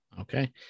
Okay